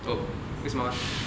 oh 为什么 leh